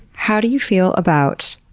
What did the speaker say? how do you feel about,